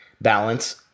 balance